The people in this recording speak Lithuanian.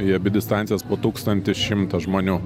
į abi distancijas po tūkstanį šimtą žmonių